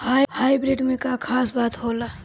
Hybrid में का खास बात होला?